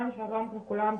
שלום לכולם,